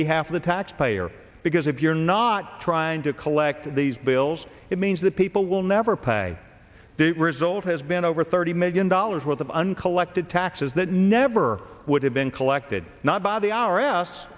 behalf of the taxpayer because if you're not trying to collect these bills it means that people will never pay the result has been over thirty million dollars worth of uncollected taxes that never would have been collected not by the hour